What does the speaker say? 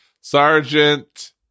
sergeant